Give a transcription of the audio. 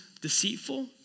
deceitful